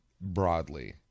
broadly